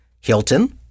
Hilton